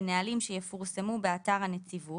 בנהלים שיפורסמו באתר הנציבות,